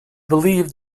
believed